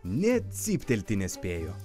nė cyptelti nespėjo